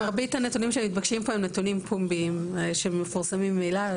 מרבית הנתונים שמתבקשים פה הם נתונים פומביים שמפורסמים ממילא.